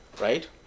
right